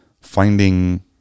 finding